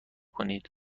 کنید